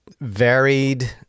varied